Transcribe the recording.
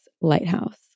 lighthouse